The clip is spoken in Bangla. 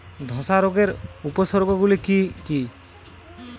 ধসা রোগের উপসর্গগুলি কি কি?